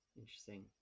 interesting